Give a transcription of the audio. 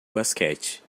basquete